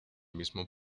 mismo